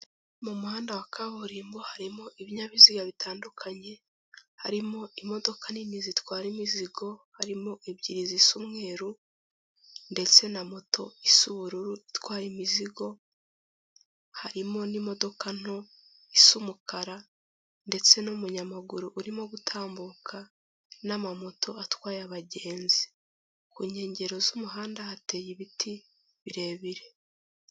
Mu muhanda wa kaburimbo harimo ibinyabiziga bitandukanye, harimo imodoka nini zitwara imizigo, harimo ebyiri zisa umweru ndetse na moto isa ubururu itwara imizigo, harimo n'imodoka nto isa umukara ndetse n'umunyamaguru urimo gutambuka, n'amamoto atwaye abagenzi. Ku nkengero z'umuhanda hateye ibiti birebire.